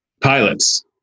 pilots